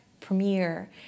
Premiere